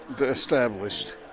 established